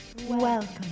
Welcome